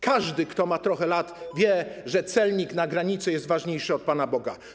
Każdy, kto ma trochę lat, wie, że celnik na granicy jest ważniejszy od Pana Boga.